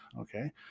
okay